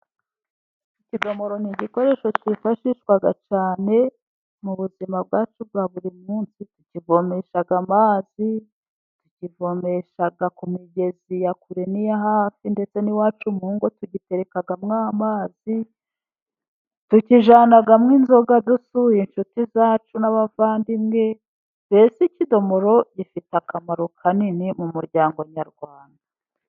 Ikidomoro ni igikoresho cyifashishwa cyane mu buzima bwacu bwa buri munsi, tukivomesha amazi tukivomesha ku migezi ya kure n'iya hafi ,ndetse n'iwacu mu ngo tugiterekamo amazi ,tukijyanamo inzoga dusuye inshuti zacu n'abavandimwe, mbese ikidomoro gifite akamaro kanini mu muryango nyarwanda.